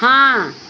हाँ